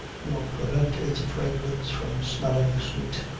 nor prevent its fragrance from smelling sweet,